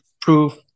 proof